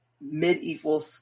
medieval